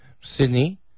Sydney